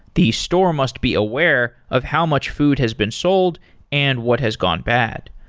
the store must be aware of how much food has been sold and what has gone bad.